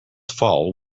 fall